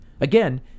Again